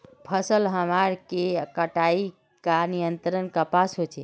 फसल हमार के कटाई का नियंत्रण कपास होचे?